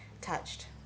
touched